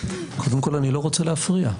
קודם כול, אני לא רוצה להפריע.